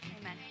Amen